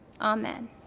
Amen